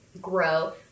grow